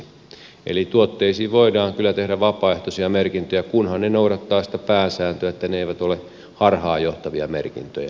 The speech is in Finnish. eli tuotteisiin voidaan kyllä tehdä vapaaehtoisia merkintöjä kunhan ne noudattavat sitä pääsääntöä että ne eivät ole harhaanjohtavia merkintöjä